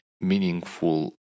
meaningful